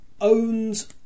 owns